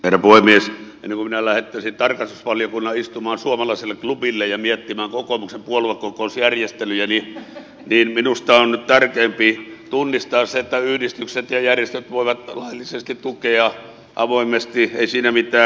ennen kuin minä lähettäisin tarkastusvaliokunnan istumaan suomalaiselle klubille ja miettimään kokoomuksen puoluekokousjärjestelyjä niin minusta on nyt tärkeämpi tunnistaa se että yhdistykset ja järjestöt voivat laillisesti tukea avoimesti ei siinä mitään